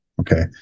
Okay